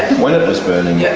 when it was burning yeah